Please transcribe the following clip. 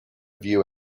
view